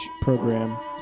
program